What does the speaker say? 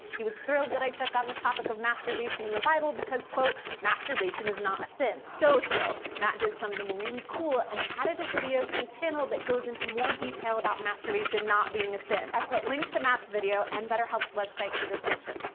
he was thrilled that i took on the topic of masturbation in the bible because quote masturbation is not a sin. so thrilled, matt did something really cool and added a video to his channel that goes into more detail about masturbation not being a sin. i've put links to matt's video and betterhelp's website in the description.